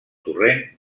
torrent